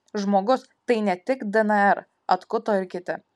žmogus tai ne tik dnr atkuto ir kiti